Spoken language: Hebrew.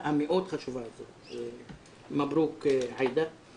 לראשות ועדה זו אנו מציעים להצבעה את חברת הכנסת עאידה תומא